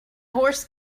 horse